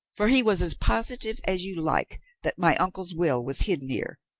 for he was as positive as you like that my uncle's will was hidden here,